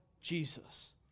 Jesus